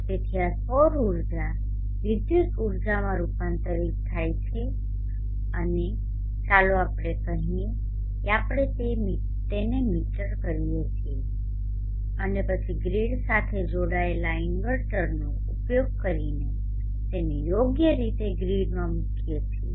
તેથી આ સૌર ઊર્જા વિદ્યુતીય ઊર્જામાં રૂપાંતરિત થાય છે અને ચાલો આપણે કહીએ કે આપણે તેને મીટર કરીએ છીએ અને પછીગ્રીડ સાથે જોડાયેલા ઇન્વર્ટરનો ઉપયોગ કરીને તેને યોગ્ય રીતે ગ્રીડમાંમૂકીએ છીએ